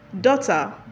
Daughter